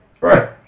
Right